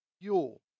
fuel